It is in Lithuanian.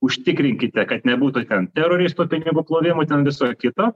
užtikrinkite kad nebūtų ten teroristų pinigų plovimų ten viso kito